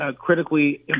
critically